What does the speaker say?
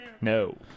No